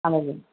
అలాగే